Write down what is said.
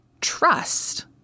trust